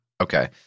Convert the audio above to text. Okay